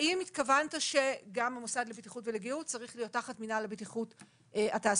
האם התכוונת שגם את המוסד לבטיחות ולגיהות צריך לקחת לתחום התעסוקתי,